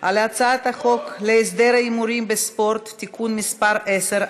על הצעת החוק להסדר ההימורים בספורט (תיקון מס' 10),